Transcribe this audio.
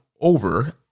over